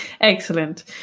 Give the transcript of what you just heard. Excellent